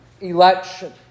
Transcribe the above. election